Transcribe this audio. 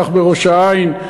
כך בראש-העין,